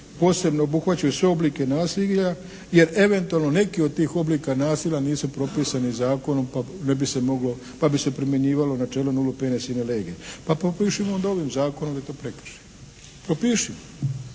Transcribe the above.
posebno obuhvaćaju sve oblike nasilja jer eventualno neki od tih oblika nasilja nisu propisani zakonom, pa bi se primjenjivalo načelo …/Govornik se ne razumije./… sine lege, pa propišimo onda ovim zakonom da je to prekršaj.